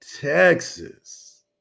Texas